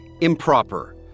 improper